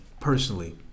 personally